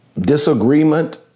disagreement